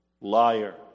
liar